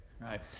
Right